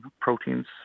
proteins